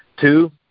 two